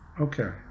okay